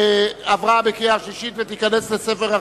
נתקבל.